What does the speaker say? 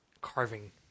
carving